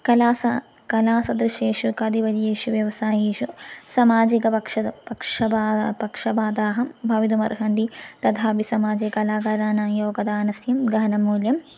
कला कलासदृशेषु कार्यवलयेषु व्यवसायेषु समाजिकपक्षतः पक्षपतः पक्षपाताः भवितुमर्हन्तु तथापि समाजे कलाकानां योगदानस्य ग्रहणमूल्यं